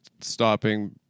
stopping